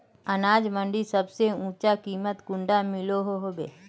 अनाज मंडीत सबसे ऊँचा कीमत कुंडा मिलोहो होबे?